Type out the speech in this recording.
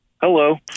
hello